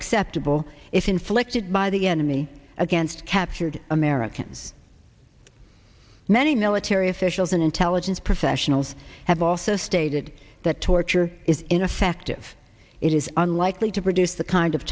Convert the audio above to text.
acceptable if inflicted by the enemy against captured americans many military officials and intelligence professionals have also stated that torture is ineffective it is unlikely to produce the kind of